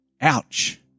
Ouch